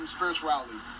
Spirituality